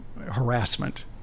harassment